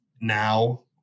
Now